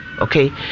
okay